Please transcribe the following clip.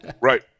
Right